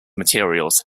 materials